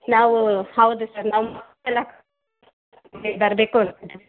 ನಾವು ಹೌದು ಸರ್ ನಮ್ಮ ಮಕ್ಕಳೆಲ್ಲ ಬರಬೇಕು